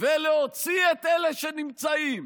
ולהוציא את אלה שנמצאים.